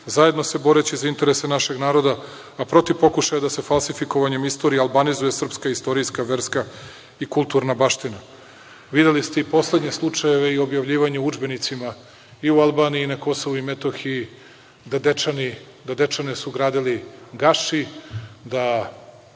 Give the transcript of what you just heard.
zajedno se boreći za interese našeg naroda, a protiv pokušaja da se falsifikovanjem istorije albanizuje srpska istorijska, verska i kulturna baština. Videli ste i poslednje slučajeve i objavljivanje u udžbenicima i u Albaniji i na Kosovu i Metohiji da Dečane su gradili Gaši, da